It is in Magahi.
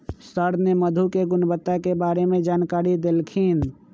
सर ने मधु के गुणवत्ता के बारे में जानकारी देल खिन